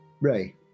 Ray